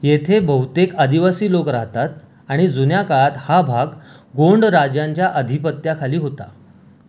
येथे बहुतेक आदिवासी लोक राहतात आणि जुन्या काळात हा भाग गोंड राजांच्या अधिपत्याखाली होता